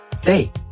day